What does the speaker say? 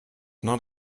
not